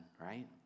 right